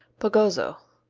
bagozzo,